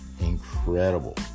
Incredible